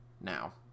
now